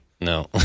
No